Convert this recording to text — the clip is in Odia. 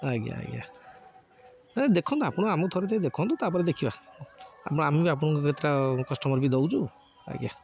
ଆଜ୍ଞା ଆଜ୍ଞା ନ ଦେଖନ୍ତୁ ଆପଣ ଆମକୁ ଥରେ ଟିକେ ଦେଖନ୍ତୁ ତାପରେ ଦେଖିବା ଆପ ଆମେ ବି ଆପଣଙ୍କୁ କେତେଟା କଷ୍ଟମର ବି ଦଉଚୁ ଆଜ୍ଞା